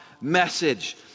message